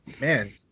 man